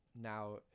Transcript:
now